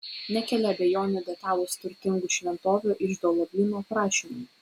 nekelia abejonių detalūs turtingų šventovių iždo lobynų aprašymai